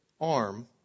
arm